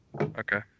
Okay